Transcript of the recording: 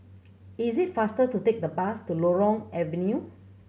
is it faster to take the bus to Loyang Avenue